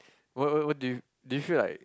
what what what do you do you feel like